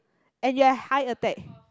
and you are high attack